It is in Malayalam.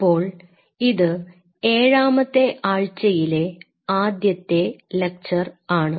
അപ്പോൾ ഇത് ഏഴാമത്തെ ആഴ്ചയിലെ ആദ്യത്തെ ലക്ചർ ആണ്